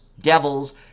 Devils